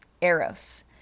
eros